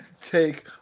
take